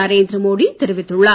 நரேந்திர மோடி தெரிவித்துள்ளார்